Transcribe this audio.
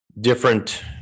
different